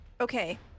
Okay